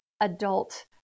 adult